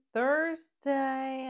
Thursday